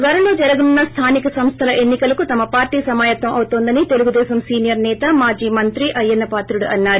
త్వరలో జరగనున్న స్థానిక సంస్థల ఎన్నికలకు తమ పార్టీ సమాయత్తం అవుతోందని తెలుగుదేశం సీనియర్ సేత మాజీ మంత్రి అయ్యన్న పాత్రుడు అన్నారు